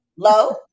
Low